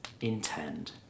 intend